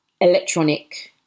electronic